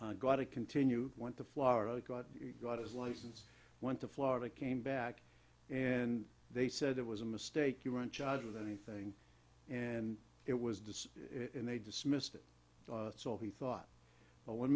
t got a continue went to florida got it got his license went to florida came back and they said it was a mistake you weren't charged with anything and it was the and they dismissed it so he thought